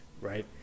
right